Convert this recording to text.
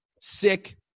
Sick